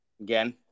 again